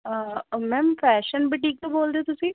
ma'am fashion boutique ਤੋਂ ਬੋਲਦੇ ਹੋ ਤੁਸੀਂ